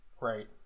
right